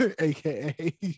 aka